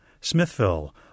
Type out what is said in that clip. Smithville